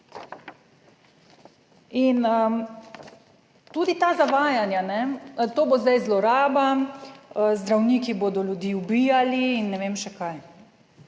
tudi ta zavajanja, kajne, to bo zdaj zloraba, zdravniki bodo ljudi ubijali in ne vem še kaj.